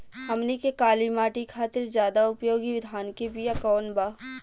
हमनी के काली माटी खातिर ज्यादा उपयोगी धान के बिया कवन बा?